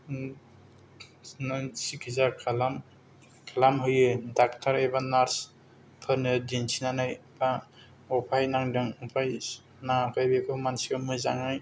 नो सिकित्सा खालामहैयो डक्टर एबा नार्स फोरनो दिन्थिनानै बा बबेहाय नांदों बबेहाय नाङाखै बेखौ मानसिया मोजाङै